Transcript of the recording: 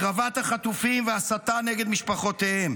הקרבת החטופים והסתה נגד משפחותיהם,